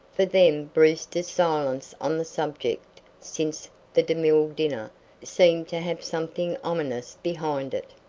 for them brewster's silence on the subject since the demille dinner seemed to have something ominous behind it.